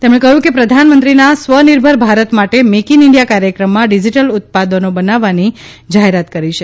તેમણે કહ્યું કે પ્રધાનમંત્રીના સ્વનિર્ભર ભારત માટે મેક ઇન ઇન્જિયા કાર્યક્રમમાં ડિજિટલ ઉત્પાદનો બનાવવાની જાહેરાત કરી છે